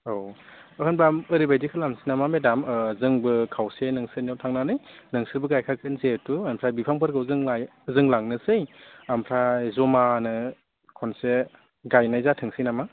औ होनबा ओरैबायदि खालामनोसै नामा मेदाम जोंबो खावसे नोंसोरनियाव थांनानै नोंसोरबो गायखागोन जिहेथु ओमफ्राय बिफांफोरखौ जों लांनोसै ओमफ्राय जमानो खनसे गायनाय जाथोंसै नामा